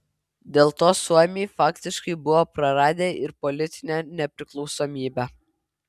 dėl to suomiai faktiškai buvo praradę ir politinę nepriklausomybę